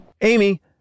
Amy